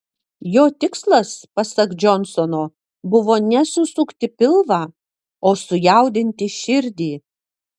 jo tikslas pasak džonsono buvo ne susukti pilvą o sujaudinti širdį